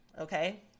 Okay